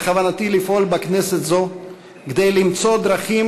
בכוונתי לפעול בכנסת זו כדי למצוא דרכים